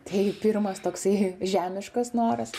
tai pirmas toksai žemiškas noras